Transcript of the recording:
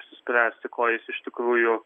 apsispręsti ko jis iš tikrųjų